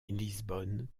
lisbonne